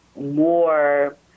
more